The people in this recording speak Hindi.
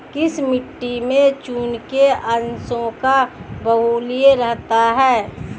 किस मिट्टी में चूने के अंशों का बाहुल्य रहता है?